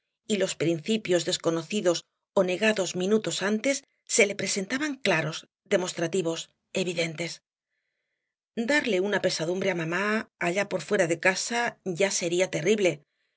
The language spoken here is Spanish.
y los principios desconocidos ó negados minutos antes se le presentaban claros demostrativos evidentes darle una pesadumbre á mamá allá por fuera de casa ya sería terrible ya